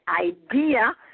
idea